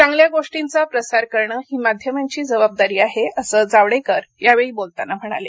चांगल्या गोष्टींचा प्रसार करणं ही माध्यमांची जबाबदारी आहे असं जावडेकर यावेळी बोलताना म्हणाले